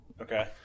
Okay